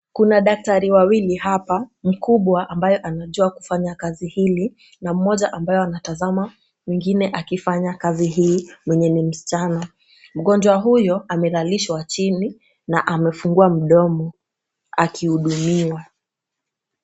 Kuna daktari wawili hapa, mkubwa ambaye anajua kufanya kazi hili na mmoja ambaye anatazama mwingine akifanya kazi hii mwenye ni msichana. Mgonjwa huyo amelalishwa chini na amefungua mdomo akihudumiwa.